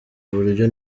buryo